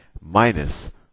minus